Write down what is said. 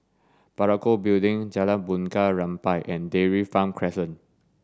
Parakou Building Jalan Bunga Rampai and Dairy Farm Crescent